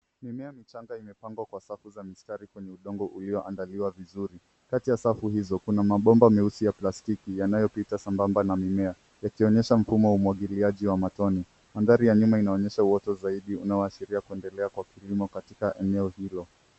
Mimea michanga imepangwa kwa safu za mistari kwenye udongo ulioandaliwa vizuri. Kati ya safu hizo kuna mabomba meusi ya plastikiyanayopita sambamba na mimea yakionyesha mfumo wa umwagiliaji wa matone. Mandhari ya nyuma inaonyesha uoto zaidi unaoashiria kuendelea kwa kilimo katika eneo hilo.